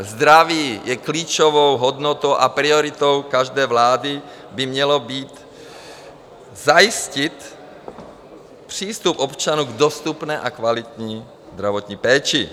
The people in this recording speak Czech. Zdraví je klíčovou hodnotou a prioritou každé vlády by mělo být zajistit přístup občanů k dostupné a kvalitní zdravotní péči.